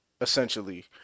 Essentially